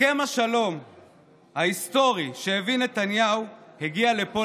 הסכם השלום ההיסטורי שהביא נתניהו הגיע לפה,